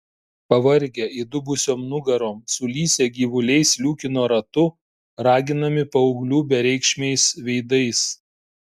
pavargę įdubusiom nugarom sulysę gyvuliai sliūkino ratu raginami paauglių bereikšmiais veidais